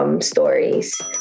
Stories